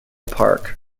park